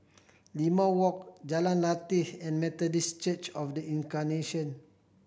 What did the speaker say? Limau Walk Jalan Lateh and Methodist Church Of The Incarnation